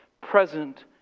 present